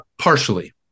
partially